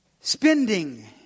spending